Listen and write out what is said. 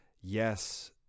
yes